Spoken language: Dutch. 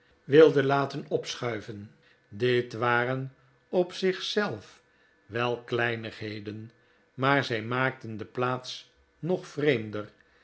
wilde laten opschuiven dit waren op zich zelf wel kleinigheden maar zij maakten de plaats nog vreemder